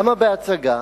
למה בהצגה?